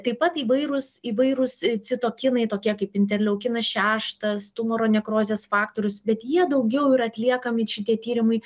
taip pat įvairūs įvairūs citokinai tokie kaip interleukinas šeštas tumoro nekrozės faktorius bet jie daugiau yra atliekami šitie tyrimai